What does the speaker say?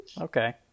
okay